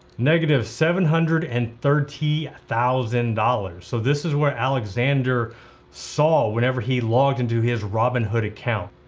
negative seven hundred and thirty thousand dollars. so this is what alexander saw whenever he logged into his robinhood account.